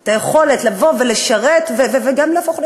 את היכולת לבוא ולשרת וגם להפוך להיות